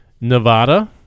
Nevada